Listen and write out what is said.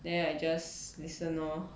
then I just listen lor